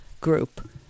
group